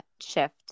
shift